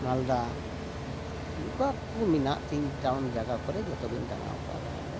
ᱢᱟᱞᱫᱟ ᱚᱠᱟ ᱠᱚ ᱢᱮᱱᱟᱜ ᱛᱤᱧ ᱴᱟᱣᱩᱱ ᱡᱟᱭᱜᱟ ᱠᱚᱨᱮ ᱡᱚᱛᱚᱜᱮᱧ ᱫᱟᱲᱟ ᱠᱟᱜᱼᱟ ᱫᱟᱲᱟ ᱫᱚ